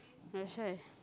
that's why